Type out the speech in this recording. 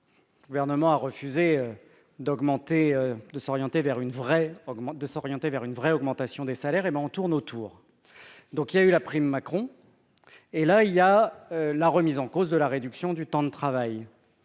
une vraie au de s'orienter vers une vraie augmentation des salaires et ben on tourne autour, donc il y a eu la prime Macron et là il y a la remise en cause de la réduction du temps de travail,